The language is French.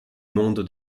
monde